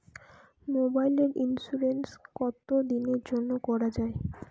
মোবাইলের ইন্সুরেন্স কতো দিনের জন্যে করা য়ায়?